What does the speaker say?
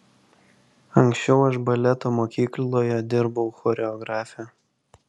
anksčiau aš baleto mokykloje dirbau choreografe